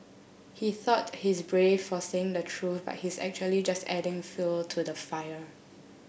he thought he's brave for saying the truth but he's actually just adding fuel to the fire